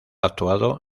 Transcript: actuado